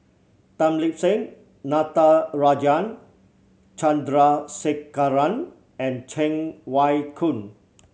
Tan Lip Seng Natarajan Chandrasekaran and Cheng Wai Keung